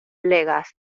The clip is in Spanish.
legas